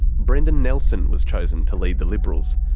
brendan nelson was chosen to lead the liberals.